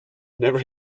never